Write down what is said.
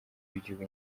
w’igihugu